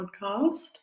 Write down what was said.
podcast